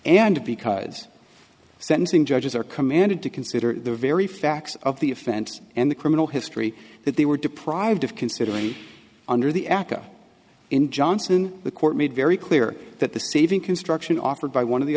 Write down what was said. and because sentencing judges are commanded to consider the very facts of the offense and the criminal history that they were deprived of considering under the aca in johnson the court made very clear that the saving construction offered by one of the